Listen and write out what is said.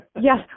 Yes